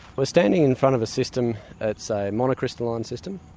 we're standing in front of a system that's a mono-crystalline system.